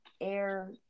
air